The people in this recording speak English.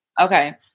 okay